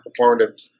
performative